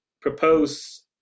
propose